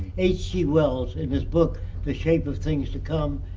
h g. wells, in his book the shape of things to come.